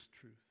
truth